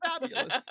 fabulous